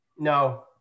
no